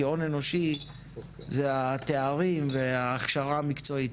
כי הון אנושי זה התארים וההכשרה המקצועית,